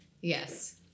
Yes